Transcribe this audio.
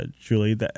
Julie